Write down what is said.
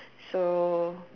so